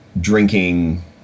drinking